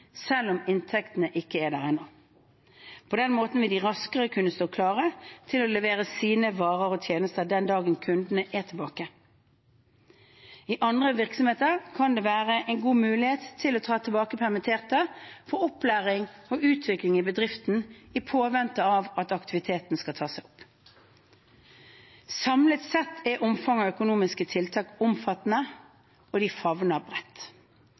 selv om inntektene ikke er der ennå. På den måten vil de raskere kunne stå klare til å levere sine varer og tjenester den dagen kundene er tilbake. I andre virksomheter kan det være en god mulighet til å ta tilbake permitterte for opplæring og utvikling i bedriften i påvente av at aktiviteten skal ta seg opp. Samlet sett er omfanget av økonomiske tiltak omfattende og favner bredt.